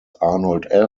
arnold